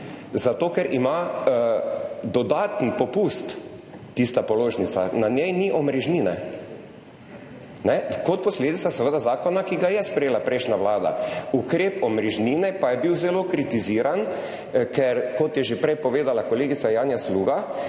položnica dodaten popust tista, na njej ni omrežnine, kar je posledica, seveda, zakona, ki ga je sprejela prejšnja vlada. Ukrep omrežnine pa je bil zelo kritiziran, ker so začele, kot je že prej povedala kolegica Janja Sluga,